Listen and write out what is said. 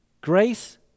grace